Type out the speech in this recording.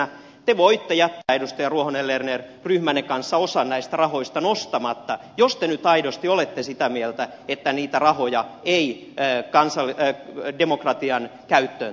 te voitte jättää edustaja ruohonen lerner ryhmänne kanssa osan näistä rahoista nostamatta jos te nyt aidosti olette sitä mieltä että niitä rahoja ei demokratian käyttöön tarvita